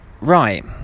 Right